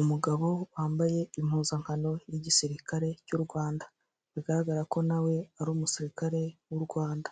Umugabo wambaye impuzankano y'igisirikare cy'u Rwanda bigaragara ko nawe ari umusirikare w'u Rwanda,